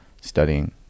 studying